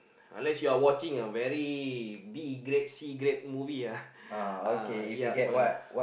unless you are watching a very B grade C grade movie ah yup uh